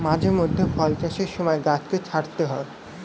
মাঝে মধ্যে ফল চাষের সময় গাছকে ছাঁটতে হয়